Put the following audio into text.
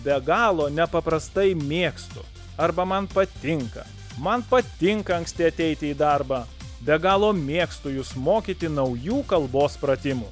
be galo nepaprastai mėgstu arba man patinka man patinka anksti ateiti į darbą be galo mėgstu jus mokyti naujų kalbos pratimų